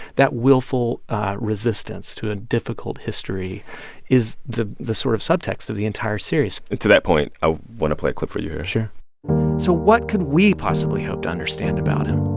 that willful resistance to a difficult history is the the sort of subtext of the entire series and to that point, i want to play a clip for you here sure so what could we possibly hope to understand about him?